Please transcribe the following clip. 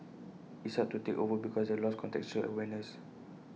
it's hard to take over because they lost contextual awareness